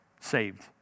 saved